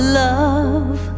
love